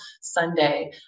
Sunday